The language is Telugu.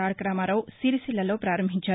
తారకరామారావు సిరిసిల్లలో ప్రారంభించారు